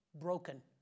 broken